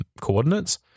coordinates